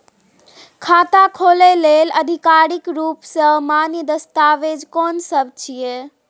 खाता खोले लेल आधिकारिक रूप स मान्य दस्तावेज कोन सब छिए?